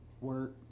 Work